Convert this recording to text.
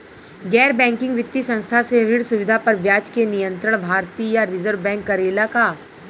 गैर बैंकिंग वित्तीय संस्था से ऋण सुविधा पर ब्याज के नियंत्रण भारती य रिजर्व बैंक करे ला का?